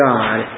God